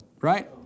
Right